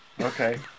okay